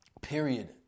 Period